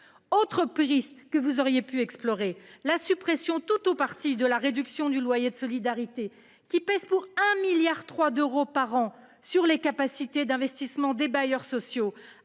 Autre piste que vous auriez pu explorer : la suppression de tout ou partie de la réduction de loyer de solidarité, qui pèse 1,3 milliard d'euros par an sur les capacités d'investissement des bailleurs sociaux,